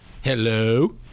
Hello